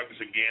again